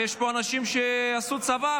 ויש פה אנשים שעשו צבא,